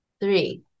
three